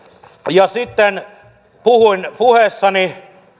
ja sitten puhuin puheessani